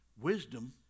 Wisdom